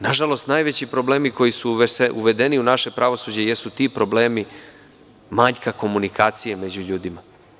Nažalost, najveći problemi koji su uvedeni u naše pravosuđe jesu ti problemi manjka komunikacije među ljudima.